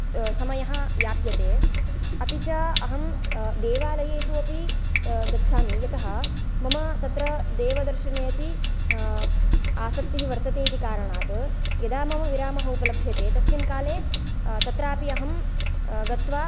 समयः याप्यते अपि च अहं देवालयेषु अपि गच्छामि यतः मम तत्र देवदर्शने अपि आसक्तिः वर्तते इति कारणात् यदा मम विरामः उपलभ्यते तस्मिन् काले तत्रापि अहं गत्वा